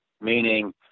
meaning